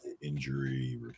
injury